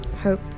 Hope